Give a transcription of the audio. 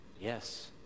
Yes